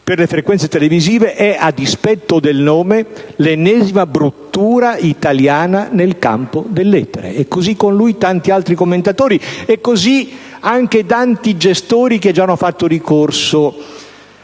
per le frequenze televisive è, a dispetto del nome, l'ennesima bruttura italiana nel campo dell'etere». Con lui, tanti altri commentatori e anche tanti gestori, che già hanno fatto ricorso